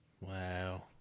Wow